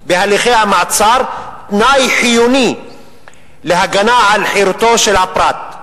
בהליכי המעצר תנאי חיוני להגנה על חירותו של הפרט.